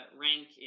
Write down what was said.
rank